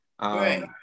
right